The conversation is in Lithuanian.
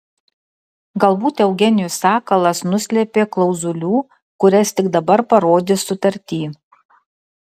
galbūt eugenijus sakalas nuslėpė klauzulių kurias tik dabar parodys sutarty